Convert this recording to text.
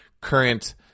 current